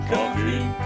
Coffee